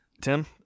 Tim